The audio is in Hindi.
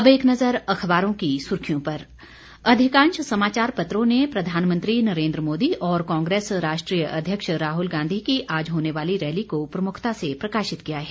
अब एक नजर अखबारों की सुर्खियों पर अधिकांश समाचार पत्रों ने प्रधानमंत्री नरेन्द्र मोदी और कांग्रेस राष्ट्रीय अध्यक्ष राहल गांधी की आज होने वाली रैली को प्रमुखता से प्रकाशित किया है